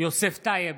יוסף טייב,